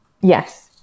Yes